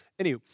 Anywho